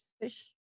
fish